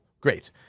Great